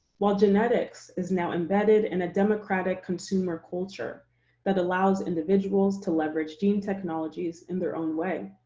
while genetics is now embedded in a democratic consumer culture that allows individuals to leverage gene technologies in their own way.